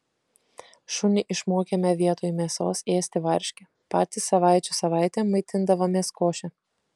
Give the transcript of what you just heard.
šunį išmokėme vietoj mėsos ėsti varškę patys savaičių savaitėm maitindavomės koše